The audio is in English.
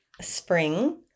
spring